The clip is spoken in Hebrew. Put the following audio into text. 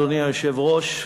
אדוני היושב-ראש,